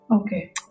okay